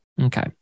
okay